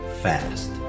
fast